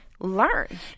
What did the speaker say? learn